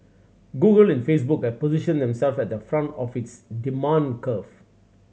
Google and Facebook are positioned themselves at the front of this demand curve